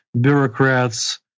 bureaucrats